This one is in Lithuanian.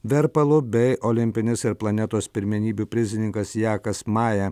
verpalu bei olimpinis ir planetos pirmenybių prizininkas jakas maja